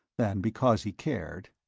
than because he cared,